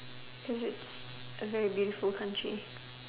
cause it a very beautiful country